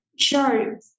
Sure